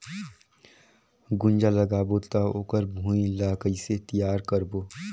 गुनजा लगाबो ता ओकर भुईं ला कइसे तियार करबो?